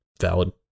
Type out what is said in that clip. valid